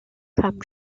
kam